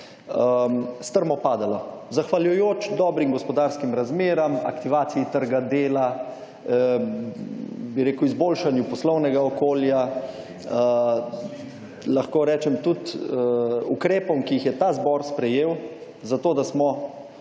strmo padalo zahvaljujoč dobrim gospodarskim razmeram, aktivaciji trga dela, bi rekel izboljšanju poslovnega okolja, lahko rečem tudi ukrepom, ki jih je ta zbor sprejel, zato da smo